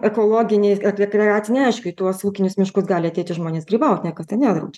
ekologiniai rekreaciniai aišku į tuos ūkinius miškus gali ateiti žmonės grybauti niekas ten nedraudžia